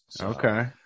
okay